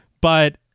But-